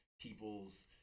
people's